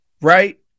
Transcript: right